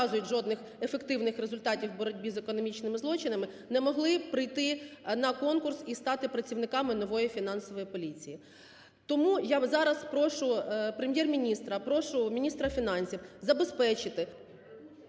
не показують жодних ефективних результатів в боротьбі з економічними злочинами, не могли прийти на конкурс і стати працівниками нової Фінансової поліції. Тому я зараз прошу Прем’єр-міністра, прошу міністра фінансів забезпечити…